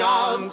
on